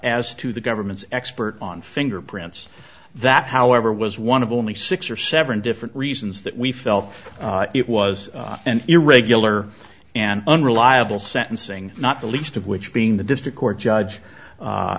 as to the government's expert on fingerprints that however was one of only six or seven different reasons that we felt it was an irregular and unreliable sentencing not the least of which being the district court judge